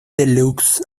deluxe